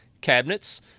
cabinets